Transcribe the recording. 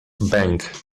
bank